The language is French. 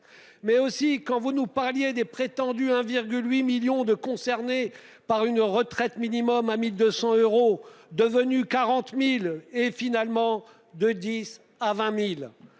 mais aussi quand vous nous parliez des prétendus 1,8 million de concernés par une retraite minimum à 1200 euros. Devenu 40.000 et finalement de 10 à 20.000